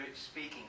speaking